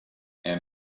and